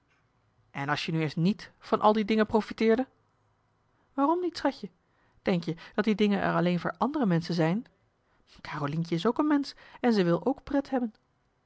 en als je nu eens niet van al die dingen profiteerde waarom niet schatje denk je dat die dingen er alleen voor andere menschen zijn carolientje is ook een mensch en ze wil ook pret hebben